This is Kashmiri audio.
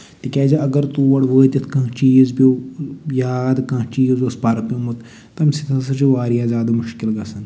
تِکیازِ اَگر تور وٲتِتھ کانٛہہ چیٖز پیوٚو یاد کانٛہہ چیٖز اوس پَرٕ پیوٚمُت تَمہِ سۭتۍ ہسا چھُ واریاہ زیادٕ مُشکِل گژھان